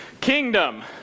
Kingdom